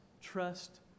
trust